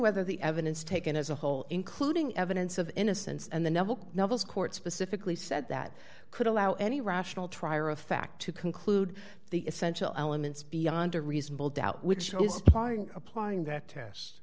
whether the evidence taken as a whole including evidence of innocence and the novel novels court specifically said that could allow any rational trier of fact to conclude the essential elements beyond a reasonable doubt which is spying applying that test